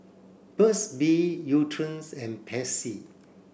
Burt's bee Nutren's and Pansy